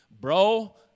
Bro